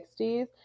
60s